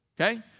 Okay